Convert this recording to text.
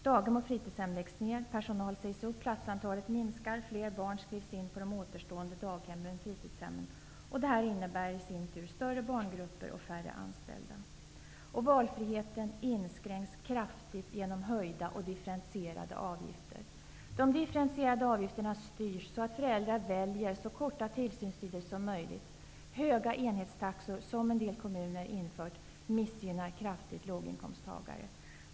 Daghem och fritidshem läggs ner, personal sägs upp, platsantalet minskar och fler barn skrivs in på de återstående daghemmen resp. fritidshemmen. Detta innebär större barngrupper och färre anställda. Valfriheten inskränks kraftigt genom höjda och differentierade avgifter. De differentierade avgifterna styrs så, att föräldrar väljer så korta tillsynstider som möjligt. Höga enhetstaxor, som en del kommuner har infört, missgynnar kraftigt låginkomsttagare.